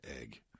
egg